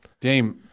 Dame